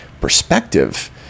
perspective